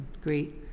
great